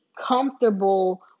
comfortable